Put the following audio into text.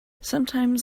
sometimes